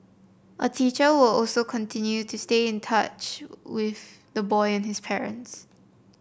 a teacher will also continue to stay in touch with the boy and his parent